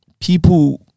people